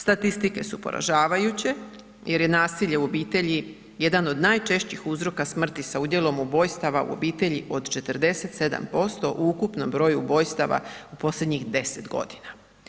Statistike su poražavajuće jer je nasilje u obitelji jedan od najčešći uzroka smrti sa udjelom ubojstava u obitelji od 47% u ukupnom broju ubojstava u posljednjih 10 godina.